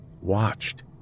watched